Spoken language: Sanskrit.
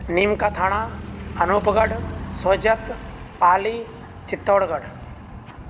नीम्का थाणा अनूप् गढ् सोजत् पाली चित्तौड्गढ्